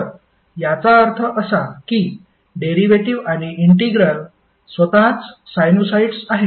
तर याचा अर्थ असा की डेरिव्हेटिव्ह आणि इंटिग्रल स्वतःच साइनुसॉइड्स आहेत